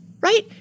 right